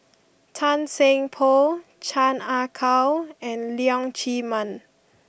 Tan Seng Poh Chan Ah Kow and Leong Chee Mun